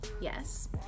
yes